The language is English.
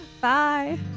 Bye